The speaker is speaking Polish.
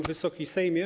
Wysoki Sejmie!